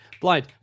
blind